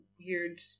weird